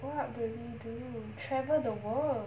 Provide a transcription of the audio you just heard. what do we do travel the world